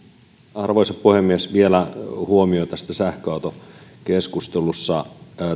arvoisa puhemies vielä huomio tästä sähköautokeskustelusta